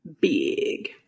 big